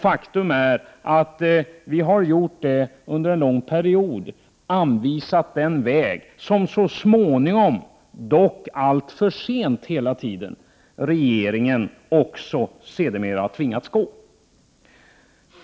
Folkpartiet har också under en lång period anvisat den väg som regeringen så småningom, dock alltför sent, tvingats gå.